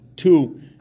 two